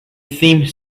theme